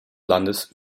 landes